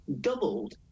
doubled